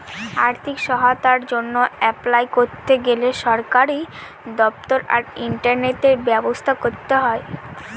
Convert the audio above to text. আর্থিক সহায়তার জন্য অ্যাপলাই করতে গেলে সরকারি দপ্তর আর ইন্টারনেটের ব্যবস্থা করতে হয়